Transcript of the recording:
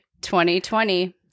2020